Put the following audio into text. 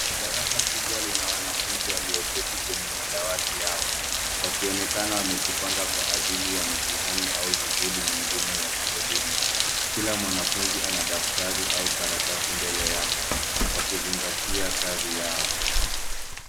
Darasa kubwa lina wanafuzi walioketi kwenye madawati yao, wakionekana wamejipanga kwa ajili ya mtihani au shughuli nyingine ya kielimu. Kila mwanafuzi ana daftari au karatasi mbele yake wakizingatia kazi yao.